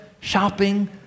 shopping